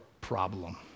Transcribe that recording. problem